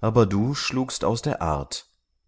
aber du schlugst aus der art